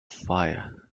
fire